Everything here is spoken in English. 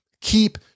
Keep